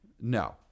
No